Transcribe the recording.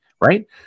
right